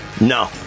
No